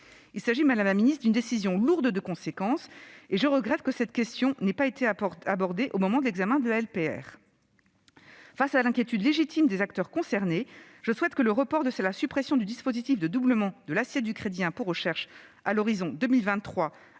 Il s'agit, madame la ministre, d'une décision lourde de conséquences, et je regrette que cette question n'ait pas été abordée au moment de l'examen de la LPR. Face à l'inquiétude légitime des acteurs concernés, je souhaite que le report de la suppression du dispositif de doublement de l'assiette du crédit d'impôt recherche à l'horizon 2023,